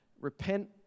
Repent